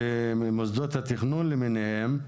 ומוסדות התכנון למיניהם.